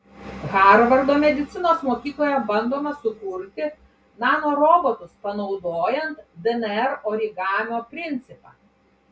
harvardo medicinos mokykloje bandoma sukurti nanorobotus panaudojant dnr origamio principą